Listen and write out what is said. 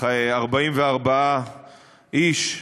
44 איש,